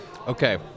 Okay